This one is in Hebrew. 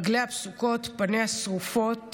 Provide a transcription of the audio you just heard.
רגליה פשוקות, פניה שרופות